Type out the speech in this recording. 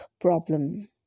problem